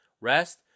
Rest